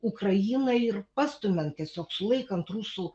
ukrainai ir pastumiant tiesiog sulaikant rusų